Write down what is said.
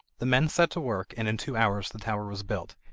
the men set to work, and in two hours the tower was built,